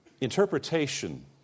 interpretation